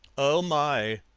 oh my,